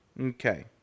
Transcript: Okay